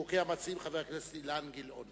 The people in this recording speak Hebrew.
כי כולנו יודעים שבמשרדים האלה ממילא אין כסף.